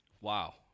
Wow